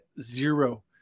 zero